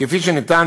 כפי שנטען,